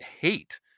hate